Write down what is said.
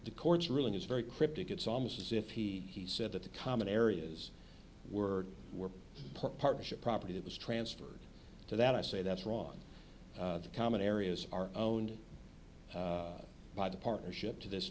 the court's ruling is very cryptic it's almost as if he he said that the common areas were were part partnership property that was transferred to that i say that's wrong the common areas are owned by the partnership to this